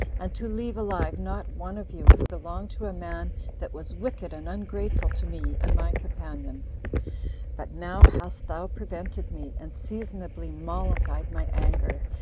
and to leave alive not one of you who belonged to a man that was wicked and ungrateful to me and my companions but now hast thou prevented me, and seasonably mollified my anger,